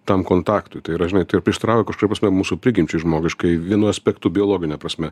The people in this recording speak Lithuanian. tam kontaktui tai yra žinai tai prieštarauja kažkuria prasme mūsų prigimčiai žmogiškai vienu aspektu biologine prasme